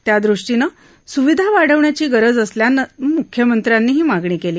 त्या दृष्टीने सुविधा वाढविण्याची गरज असल्याने मुख्यमंत्र्यांनी ही मागणी केली